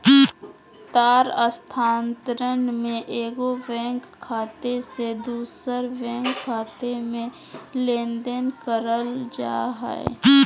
तार स्थानांतरण में एगो बैंक खाते से दूसर बैंक खाते में लेनदेन करल जा हइ